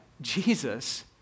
Jesus